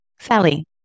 Sally